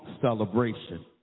celebration